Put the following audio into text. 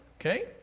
okay